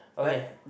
okay